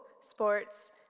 sports